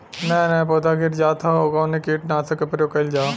नया नया पौधा गिर जात हव कवने कीट नाशक क प्रयोग कइल जाव?